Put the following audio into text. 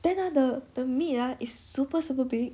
then ah the meat ah is super super big